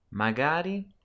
Magari